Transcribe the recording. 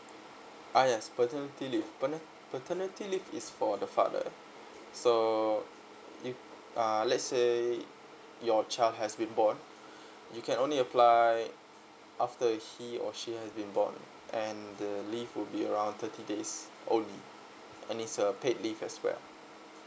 ah yes paternity leave pana~ paternity leave is for the father so if uh let's say your child has been born you can only apply after he or she has been born and the leave will be around thirty days only and it's a paid leave as well